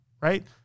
right